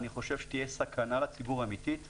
אני חושב שתהיה סכנה אמיתית לציבור.